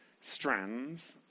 strands